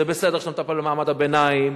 זה בסדר שאתה מטפל במעמד הביניים,